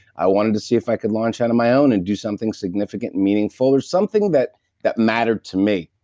i wanted to see if i can launch out of my own and do something significant, meaningful or something that that mattered to me.